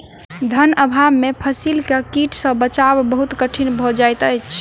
धन अभाव में फसील के कीट सॅ बचाव बहुत कठिन भअ जाइत अछि